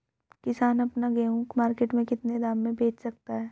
किसान अपना गेहूँ मार्केट में कितने दाम में बेच सकता है?